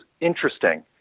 interesting